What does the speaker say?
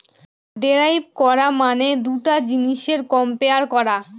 derive করা মানে দুটা জিনিসের কম্পেয়ার করা